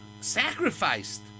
sacrificed